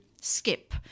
skip